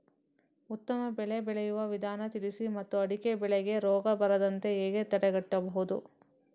ಉತ್ತಮ ಬೆಳೆ ಬೆಳೆಯುವ ವಿಧಾನ ತಿಳಿಸಿ ಮತ್ತು ಅಡಿಕೆ ಬೆಳೆಗೆ ರೋಗ ಬರದಂತೆ ಹೇಗೆ ತಡೆಗಟ್ಟಬಹುದು?